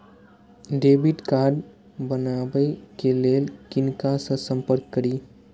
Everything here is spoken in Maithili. डैबिट कार्ड बनावे के लिए किनका से संपर्क करी?